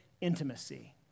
intimacy